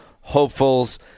hopefuls